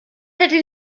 hätte